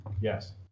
Yes